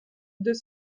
deux